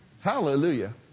Hallelujah